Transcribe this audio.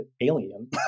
alien